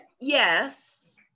yes